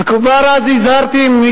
וכבר אז הזהרתי,